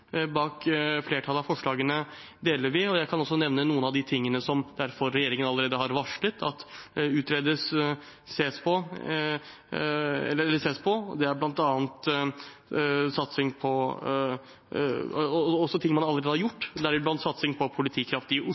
bak flertallet av forslagene deler vi. Jeg kan også nevne noe av det regjeringen allerede har varslet at utredes eller ses på, og også det man allerede har gjort, deriblant satsing på politikraft i Oslo gjennom mer forebygging, men også gjennom spissere kompetanse. Regjeringen har sagt at man ønsker flere ungdomsplasser i